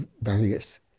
various